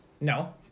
No